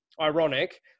ironic